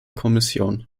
kommission